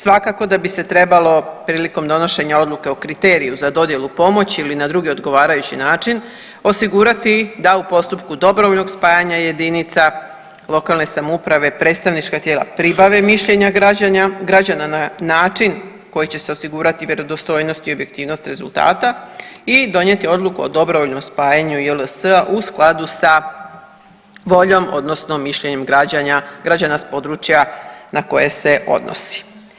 Svakako da bi se trebalo prilikom donošenja odluke o kriteriju za dodjelu pomoći ili na drugi odgovarajući način osigurati da u postupku dobrovoljnog spajanja jedinica lokalne samouprave predstavnička tijela pribave mišljenja građana na način koji će se osigurati vjerodostojnost i objektivnost rezultata i donijeti odluku o dobrovoljnom spajanju JLS-a u skladu sa voljom odnosno mišljenjem građana s područja na koje se odnosi.